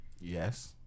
Yes